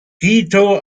guido